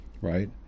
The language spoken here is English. right